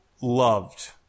loved